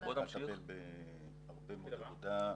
זה יחידת 'פלס'?